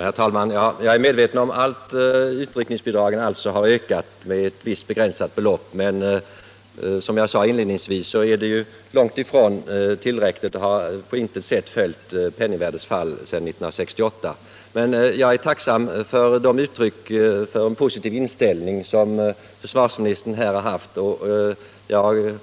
Herr talman! Jag är medveten om att utryckningsbidragen har ökat med ett visst begränsat belopp, men som jag sade inledningsvis är de ökningarna långt ifrån tillräckliga och har på intet sätt följt penningvärdets fall sedan 1968. Jag är emellertid tacksam för den positiva inställning som försvarsministern här har givit uttryck för, och jag är